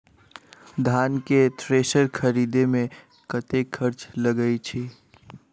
धान केँ थ्रेसर खरीदे मे कतेक खर्च लगय छैय?